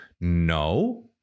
No